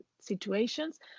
situations